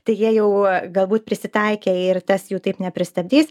tai jie jau galbūt prisitaikė ir tas jų taip nepristabdys